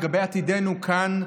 לגבי עתידנו כאן,